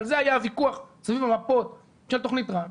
על זה היה הוויכוח סביב המפות של תוכנית טראמפ.